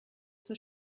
zur